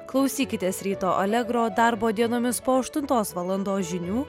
klausykitės ryto alegro darbo dienomis po aštuntos valandos žinių